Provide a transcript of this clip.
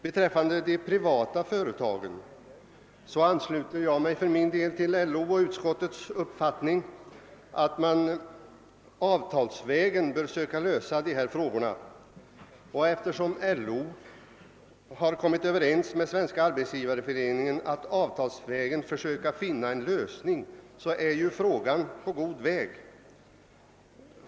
Beträffande de privata företa gen ansluter jag mig för min del till LO:s och utskottets uppfattning om att man avtalsvägen bör söka lösa dessa frågor. Eftersom LO har kommit överens med Svenska arbetsgivareföreningen om att avtalsvägen försöka finna en lösning, är en sådan på god väg.